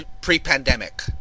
pre-pandemic